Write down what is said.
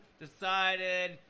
decided